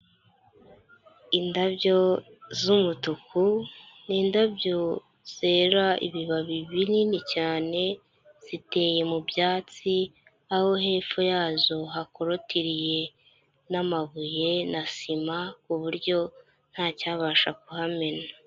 Indabyo z'umutuku, ni indabyo zera ibibabi binini cyane, ziteye mu byatsi, aho hepfo yazo hakorotiriye n'amabuye na sima, ku buryo ntacyabasha kuhamena.